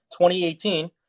2018